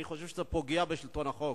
אני חושב שזה פוגע בשלטון החוק.